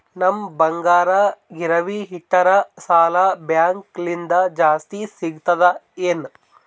ನಮ್ ಬಂಗಾರ ಗಿರವಿ ಇಟ್ಟರ ಸಾಲ ಬ್ಯಾಂಕ ಲಿಂದ ಜಾಸ್ತಿ ಸಿಗ್ತದಾ ಏನ್?